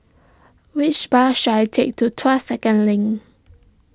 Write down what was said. which bus should I take to Tuas Second Link